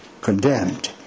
condemned